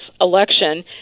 election